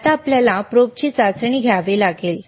आता आपल्याला प्रोबची चाचणी घ्यावी लागेल